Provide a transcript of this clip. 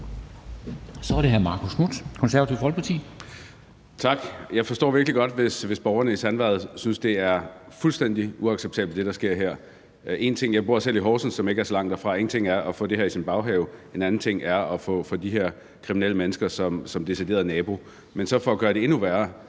Kl. 13:13 Marcus Knuth (KF): Tak. Jeg forstår virkelig godt, hvis borgerne i Sandvad synes, det, der sker her, er fuldstændig uacceptabelt. Jeg bor selv i Horsens, som ikke er så langt derfra. En ting er at få det her i sin baghave, en anden ting er at få de her kriminelle mennesker som decideret nabo. Men for så at gøre det endnu værre